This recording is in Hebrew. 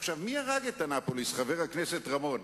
עכשיו, מי הרג את אנאפוליס, חבר הכנסת רמון?